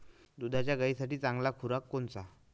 दुधाच्या गायीसाठी चांगला खुराक कोनचा?